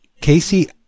casey